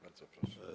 Bardzo proszę.